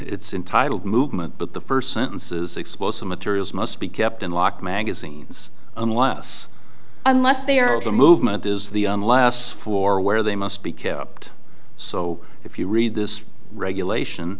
it's in title movement but the first sentences explosive materials must be kept in locked magazines unless unless they are of the movement is the last for where they must be kept so if you read this regulation